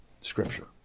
Scripture